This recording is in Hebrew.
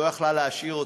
היא לא יכלה להשאיר אותה,